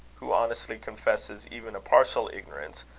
who honestly confesses even a partial ignorance,